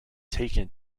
taken